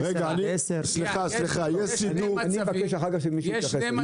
מ-10 ועד 10. אני מבקש שאחר כך מישהו יתייחס לזה.